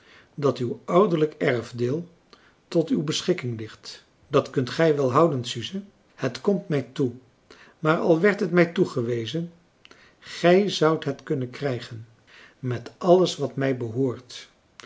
dat uw ouderlijk erfdeel tot uw beschikking ligt dat kunt gij wel houden suze het komt mij toe maar al werd het mij toegewezen gij zoudt het kunnen krijgen met alles wat mij behoort